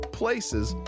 places